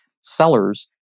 sellers